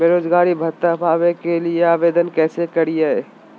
बेरोजगारी भत्ता पावे के लिए आवेदन कैसे करियय?